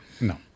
No